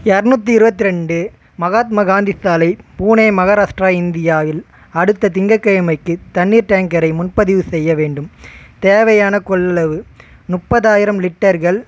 எரநூத்தி இருபத்தி ரெண்டு மகாத்மா காந்தி சாலை பூனே மகாராஷ்ட்ரா இந்தியா இல் அடுத்த திங்கக்கிழமைக்கு தண்ணீர் டேங்கரை முன்பதிவு செய்ய வேண்டும் தேவையான கொள்ளளவு முப்பதாயிரம் லிட்டர்கள்